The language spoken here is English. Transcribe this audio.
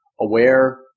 aware